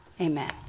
Amen